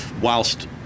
whilst